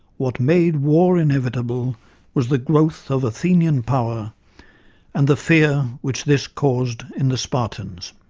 what made war inevitable was the growth of athenian power and the fear which this caused in the spartans.